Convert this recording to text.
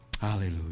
Hallelujah